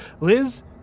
Liz